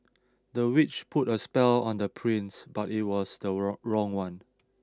the witch put a spell on the prince but it was the wrong one